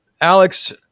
Alex